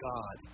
God